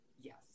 Yes